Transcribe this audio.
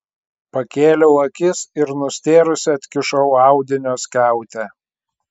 pakėliau akis ir nustėrusi atkišau audinio skiautę